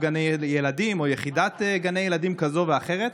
גני ילדים או יחידת גני ילדים כזו או אחרת.